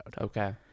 Okay